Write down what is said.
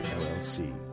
LLC